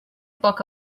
poc